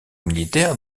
militaire